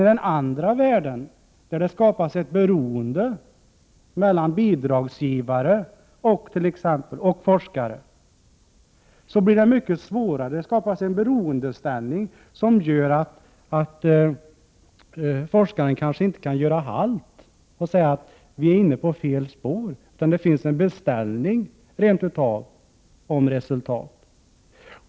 I den andra världen, där det skapas ett beroende mellan bidragsgivare och forkskare, innebär denna beroendeställning att forskare kanske inte kan göra halt och säga att man är inne på fel spår, utan resultatet kan rent av vara beställt.